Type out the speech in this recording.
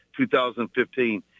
2015